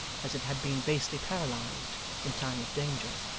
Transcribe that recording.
as it had been basely paralysed in time of danger.